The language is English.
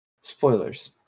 Spoilers